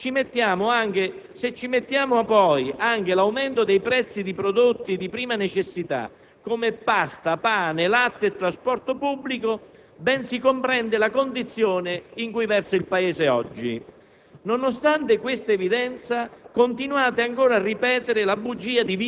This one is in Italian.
cioè il 43 per cento, ben 2 punti in più del 2006; se ci mettiamo anche l'aumento dei prezzi di prodotti di prima necessità, come pasta, pane, latte e trasporto pubblico, ben si comprende la condizione in cui versa il Paese oggi.